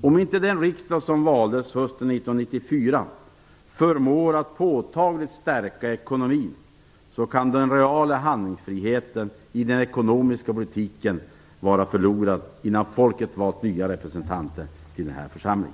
Om inte den riksdag som valdes hösten 1994 förmår att påtagligt stärka ekonomin kan den reala handlingsfriheten i den ekonomiska politiken vara förlorad innan folket valt nya representanter till denna församling.